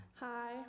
Hi